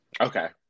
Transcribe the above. Okay